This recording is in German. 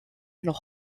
noch